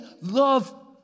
love